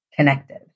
connected